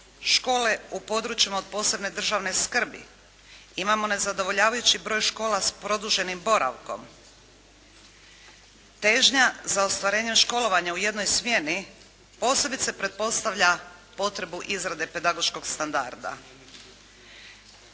škole u područjima od posebne državne skrbi, imamo nezadovoljavajući broj škola s produženim boravkom. Težnja za ostvarenje školovanja u jednoj smjeni, posebice pretpostavlja potrebu izrade pedagoškog standarda.